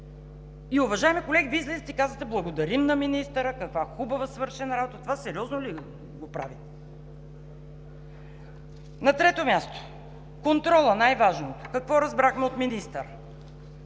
Уважаеми колеги, Вие излизате и казвате: „Благодарим на министъра, каква хубаво свършена работа.“ Това сериозно ли го правите? На трето място, контролът – най-важното. Какво разбрахме от министъра?